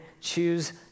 choose